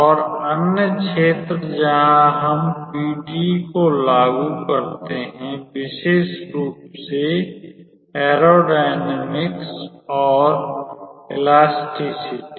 और अन्य क्षेत्र जहां हम इनपीडीई को लागू करते हैं विशेष रूप से वायुगतिकी और इलास्टिसिटि